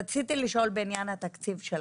רציתי לשאול בעניין התקציב שלכם,